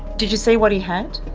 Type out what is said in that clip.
did you see what he had?